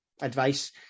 advice